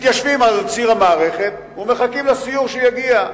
מתיישבים על ציר המערכת ומחכים שיגיע סיור.